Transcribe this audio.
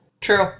True